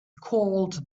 called